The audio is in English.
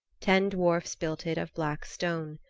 ten dwarfs built it of black stone.